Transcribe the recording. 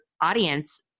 audience